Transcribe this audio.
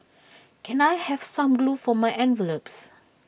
can I have some glue for my envelopes